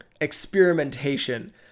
experimentation